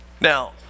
Now